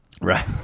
Right